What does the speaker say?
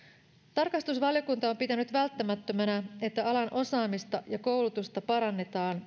tarkastusvaliokunta on pitänyt välttämättömänä että alan osaamista ja koulutusta parannetaan